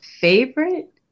favorite